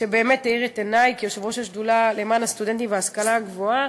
שבאמת האיר את עיני כיושב-ראש השדולה למען הסטודנטים וההשכלה הגבוהה.